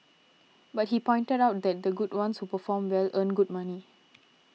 but he pointed out that the good ones who perform well earn good money